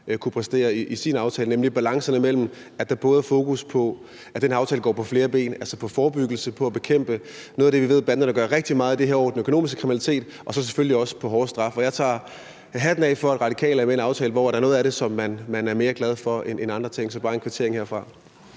kunne præstere i sin tale, er balancerne mellem, at der både er fokus på, at den her aftale går på flere ben, altså på forebyggelse og bekæmpelse af noget af det, vi ved banderne gør rigtig meget af i de her år, nemlig den økonomiske kriminalitet, og så selvfølgelig også på hårdere straf. Jeg tager hatten af for, at Radikale er med i en aftale, hvor der er noget af det, som man er mere glad for, end man er for noget andet.